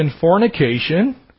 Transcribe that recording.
fornication